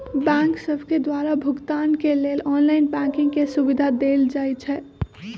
bank सभके द्वारा भुगतान के लेल ऑनलाइन बैंकिंग के सुभिधा देल जाइ छै